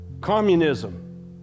Communism